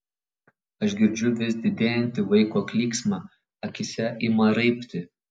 aš girdžiu vis didėjantį vaiko klyksmą akyse ima raibti